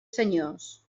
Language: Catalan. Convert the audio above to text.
senyors